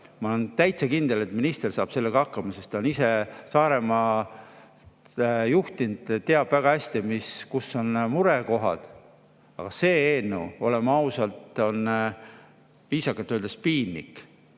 Ma olen täitsa kindel, et minister saab sellega hakkama, sest ta on ise Saaremaad juhtinud ja teab väga hästi, mis on murekohad. Aga see eelnõu, oleme ausad, on viisakalt öeldes piinlik,